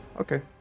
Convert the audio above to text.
Okay